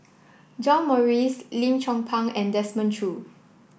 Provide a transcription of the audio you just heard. John Morrice Lim Chong Pang and Desmond Choo